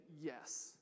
yes